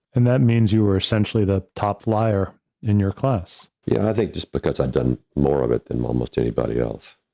and that means you are essentially the top flyer in your class. yeah, i think just because i've done more of it than almost anybody else,